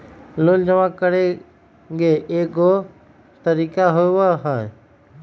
Loan जमा करेंगे एगो तारीक होबहई?